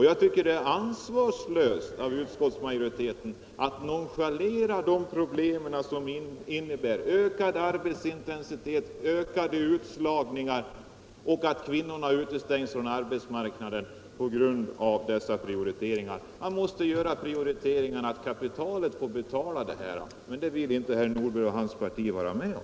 Jag tycker det är ansvarslöst av utskottsmajoriteten att nonchalera de problem som innebär ökad arbetsintensitet, ökat antal utslagna och utestängning av kvinnorna från arbetsmarknaden på grund av dessa prioriteringar. Man måste göra den prioriteringen att kapitalet får betala detta. Men det vill inte herr Nordberg och hans parti vara med om.